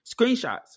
screenshots